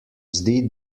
zdi